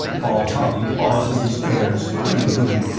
paul harley paused on the stairs, turning to me.